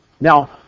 Now